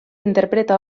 interpreta